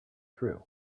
through